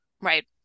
Right